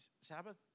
Sabbath